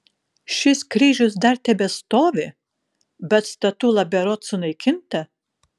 šis kryžius dar tebestovi bet statula berods sunaikinta